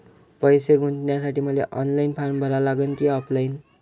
पैसे गुंतन्यासाठी मले ऑनलाईन फारम भरा लागन की ऑफलाईन?